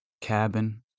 cabin